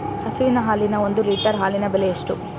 ಹಸುವಿನ ಹಾಲಿನ ಒಂದು ಲೀಟರ್ ಹಾಲಿನ ಬೆಲೆ ಎಷ್ಟು?